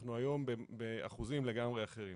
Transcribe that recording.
אנחנו היום באחוזים לגמרי אחרים.